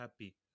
happy